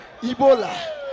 Ebola